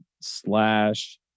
slash